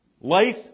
life